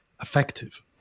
effective